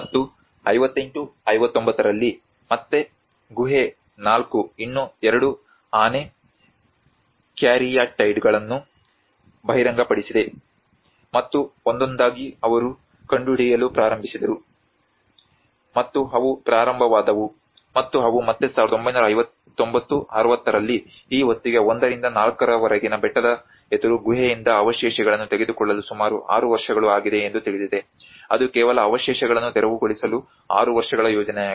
ಮತ್ತು 58 59ರಲ್ಲಿ ಮತ್ತೆ ಗುಹೆ 4 ಇನ್ನೂ ಎರಡು ಆನೆ ಕ್ಯಾರಿಯಟೈಡ್ಗಳನ್ನು ಬಹಿರಂಗಪಡಿಸಿದೆ ಮತ್ತು ಒಂದೊಂದಾಗಿ ಅವರು ಕಂಡುಹಿಡಿಯಲು ಪ್ರಾರಂಭಿಸಿದರು ಮತ್ತು ಅವು ಪ್ರಾರಂಭವಾದವು ಮತ್ತು ಅವು ಮತ್ತೆ 1959 60ರಲ್ಲಿ ಈ ಹೊತ್ತಿಗೆ 1 ರಿಂದ 4 ರವರೆಗಿನ ಬೆಟ್ಟದ ಎದುರು ಗುಹೆಯಿಂದ ಅವಶೇಷಗಳನ್ನು ತೆಗೆದುಕೊಳ್ಳಲು ಸುಮಾರು 6 ವರ್ಷಗಳು ಆಗಿದೆ ಎಂದು ತಿಳಿದಿದೆ ಅದು ಕೇವಲ ಅವಶೇಷಗಳನ್ನು ತೆರವುಗೊಳಿಸಲು ಆರು ವರ್ಷಗಳ ಯೋಜನೆಯಾಗಿದೆ